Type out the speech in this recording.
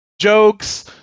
jokes